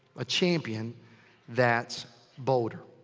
a champion that's bolder.